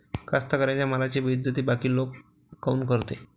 कास्तकाराइच्या मालाची बेइज्जती बाकी लोक काऊन करते?